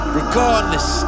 regardless